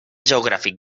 geogràfic